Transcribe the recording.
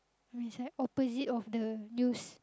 who is like opposite of the news